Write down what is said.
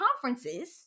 conferences